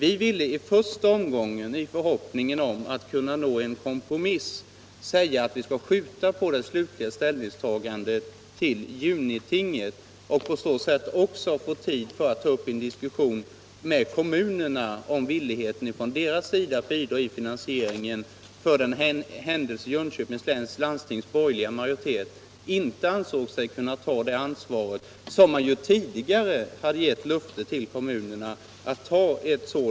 I förhoppningen om att vi skulle kunna uppnå en kompromiss ville vi i första omgången skjuta på det slutliga ställningstagandet till junitinget för att på det sättet få tid att ta upp en diskussion med kommunerna om deras villighet att bidra till finansieringen för den händelse Jönköpings läns landstings borgerliga majoritet inte ansåg sig kunna ta det ansvar som man tidigare lovat kommunerna att ta.